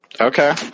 Okay